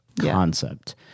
concept